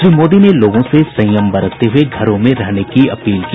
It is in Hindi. श्री मोदी ने लोगों से संयम बरतते हुये घरों में रहने की अपील की